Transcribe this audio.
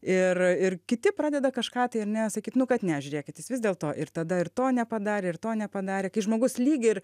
ir ir kiti pradeda kažką tai ar ne sakyt kad nežiūrėkit jis vis dėlto ir tada ir to nepadarė ir to nepadarė kai žmogus lyg ir